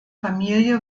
familie